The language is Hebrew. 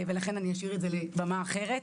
לכן אשאיר את זה לבמה אחרת.